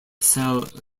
cell